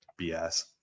BS